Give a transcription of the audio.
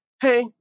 hey